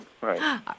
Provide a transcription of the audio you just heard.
Right